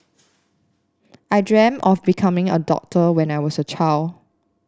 I dreamt of becoming a doctor when I was a child